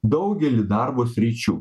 daugely darbo sričių